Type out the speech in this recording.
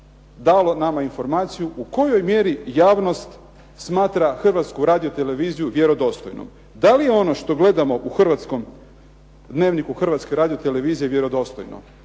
dalo nama informaciju u kojoj mjeri javnost smatra Hrvatsku radioteleviziju vjerodostojnom. Da li ono što gledamo u hrvatskom, "Dnevniku" Hrvatske radiotelevizije vjerodostojno?